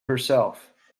herself